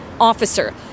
Officer